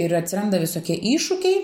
ir atsiranda visokie iššūkiai